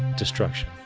destruction.